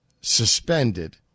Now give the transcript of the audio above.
suspended